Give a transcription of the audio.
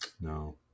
No